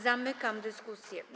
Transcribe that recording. Zamykam dyskusję.